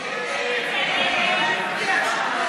התשע"ה 2015,